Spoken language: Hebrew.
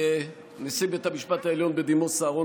כשנשיא בית המשפט העליון בדימוס אהרן